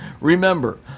Remember